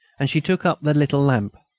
and she took up the little lamp.